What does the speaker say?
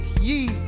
ye